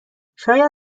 شاید